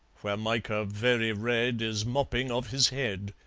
where micah, very red, is mopping of his head.